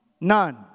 None